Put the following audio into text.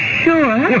sure